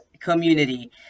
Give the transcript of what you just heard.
community